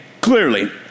clearly